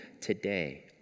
today